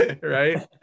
Right